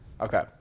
Okay